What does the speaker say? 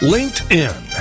LinkedIn